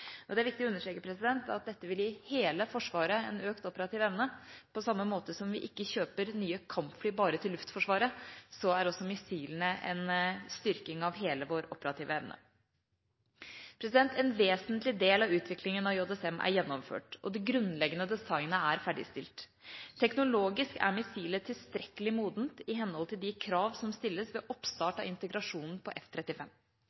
tidspunkt. Det er viktig å understreke at dette vil gi hele Forsvaret en økt operativ evne. På samme måte som vi ikke kjøper nye kampfly bare til Luftforsvaret, er også missilene en styrking av hele vår operative evne. En vesentlig del av utviklinga av JSM er gjennomført, og det grunnleggende designet er ferdigstilt. Teknologisk er missilet tilstrekkelig modent i henhold til de krav som stilles ved